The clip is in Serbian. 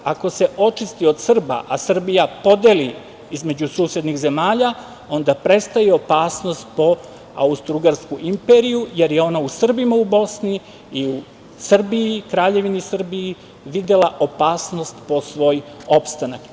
Ako se očisti od Srba, a Srbija podeli između susednih zemalja, onda prestaje opasnost po austro-ugarsku imperiju, jer je ona u Srbima u Bosni i u Kraljevini Srbiji videla opasnost po svoj opstanak.